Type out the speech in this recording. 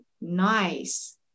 nice